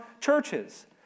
churches